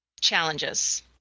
challenges